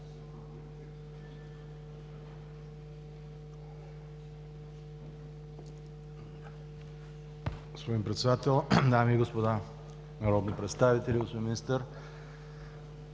Господин Председател, дами и господа народни представители, господин Министър!